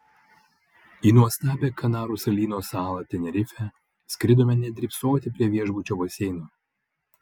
į nuostabią kanarų salyno salą tenerifę skridome ne drybsoti prie viešbučio baseino